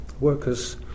Workers